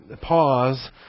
pause